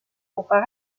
comparé